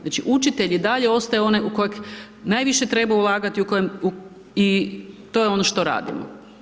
Znači učitelj i dalje ostaje onaj u kojeg najviše treba ulagati i to je ono što radimo.